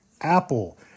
Apple